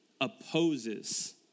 opposes